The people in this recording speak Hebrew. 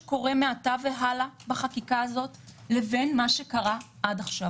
בין מה שקורה מעתה והלאה בחקיקה הזאת לבין מה שקרה עד עכשיו.